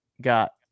got